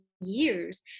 years